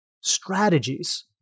strategies